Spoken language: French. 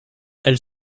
elle